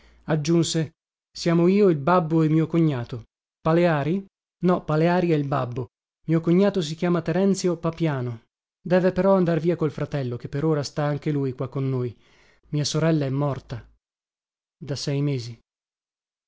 aggiunse siamo io il babbo e mio cognato paleari no paleari è il babbo mio cognato si chiama terenzio papiano deve però andar via col fratello che per ora sta anche lui qua con noi mia sorella è morta da sei mesi